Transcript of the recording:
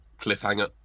cliffhanger